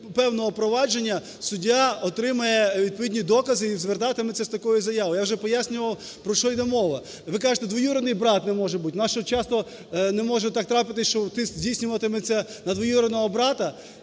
розгляду певного провадження суддя отримає відповідні докази і звертатиметься з такою заявою. Я вже пояснював, про що йде мова. Ви кажете, двоюрідний брат не може бути. У нас що, часто не може так трапитися, що тиск здійснюватиметься на двоюрідного брата